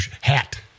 hat